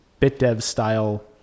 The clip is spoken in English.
BitDev-style